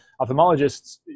Ophthalmologists